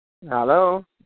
Hello